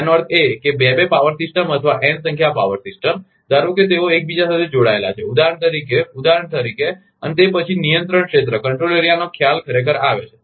તેનો અર્થ એ કે બે બે પાવર સિસ્ટમ અથવા એન સંખ્યા પાવર સિસ્ટમ ધારો કે તેઓ એકબીજા સાથે જોડાયેલા છે ઉદાહરણ તરીકે ઉદાહરણ તરીકે અને તે પછી નિયંત્રણ ક્ષેત્રનો ખ્યાલ ખરેખર આવે છે